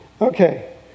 okay